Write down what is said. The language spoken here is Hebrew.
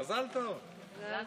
מזל טוב.